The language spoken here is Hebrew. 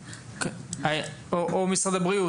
או משרד הבריאות.